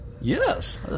Yes